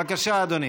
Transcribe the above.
בבקשה, אדוני.